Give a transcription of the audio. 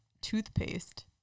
toothpaste